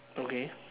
okay